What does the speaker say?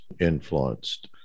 influenced